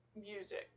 music